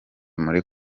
muri